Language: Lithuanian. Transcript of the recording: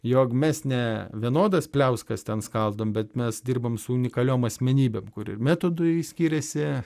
jog mes ne vienodas pliauskas ten skaldom bet mes dirbam su unikaliom asmenybėm kur ir metodui skiriasi